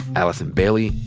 allison bailey,